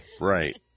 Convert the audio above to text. Right